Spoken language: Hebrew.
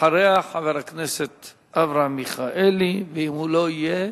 אחריה, חבר הכנסת אברהם מיכאלי, ואם הוא לא יהיה,